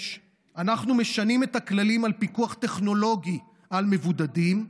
אנחנו משנים את הכללים על פיקוח טכנולוגי על מבודדים,